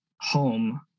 home